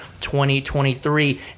2023